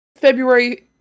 February